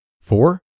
Four